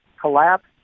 collapse